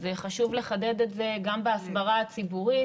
אז חשוב לחדד את זה גם בהסברה הציבורית